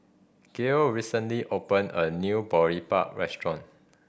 Gael recently open a new Boribap restaurant